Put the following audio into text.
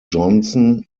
johnson